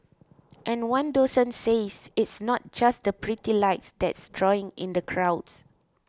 and one docent says it's not just the pretty lights that's drawing in the crowds